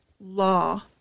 law